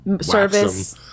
service